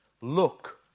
look